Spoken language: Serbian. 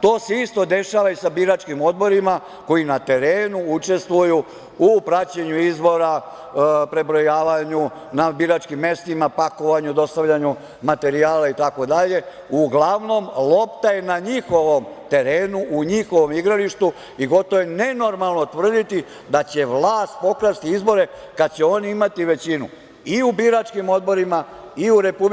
To se isto dešava i sa biračkim odborima koji na terenu učestvuju u praćenju izbora, prebrojavanju na biračkim mestima, pakovanju, dostavljanju materijala itd. uglavnom, lopta je na njihovom terenu, u njihovom igralištu i gotovo je nenormalno tvrditi da će vlast pokrasti izbore kada će oni imati većinu i u biračkim odborima, i u RIK-u,